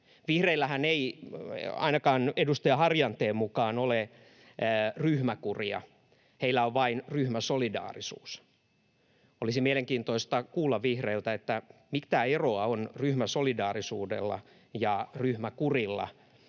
Vihreillähän ei, ainakaan edustaja Harjanteen mukaan, ole ryhmäkuria. Heillä on vain ryhmäsolidaarisuus. Olisi mielenkiintoista kuulla vihreiltä, mitä eroa on ryhmäsolidaarisuudella ja ryhmäkurilla,